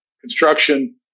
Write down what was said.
construction